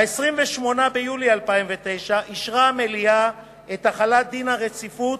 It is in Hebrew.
ב-28 ביולי 2009 אישרה המליאה את החלת דין הרציפות